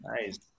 nice